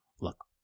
look